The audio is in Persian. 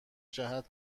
جهت